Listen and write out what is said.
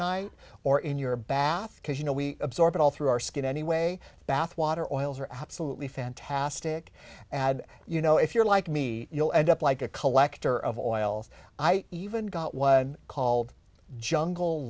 night or in your bath because you know we absorb it all through our skin anyway bathwater oils are absolutely fantastic and you know if you're like me you'll end up like a collector of oils i even got was called jungle